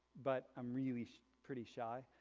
but i'm really pretty shy,